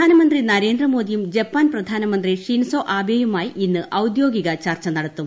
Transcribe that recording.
പ്രധാനമന്ത്രി നരേന്ദ്രമോദിയും ജപ്പാൻ പ്രധാനമന്ത്രി ഷിൻസൊ ആബെയുമായി ഇന്ന് ഔദ്യോഗിക ചർച്ച നടത്തും